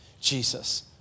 Jesus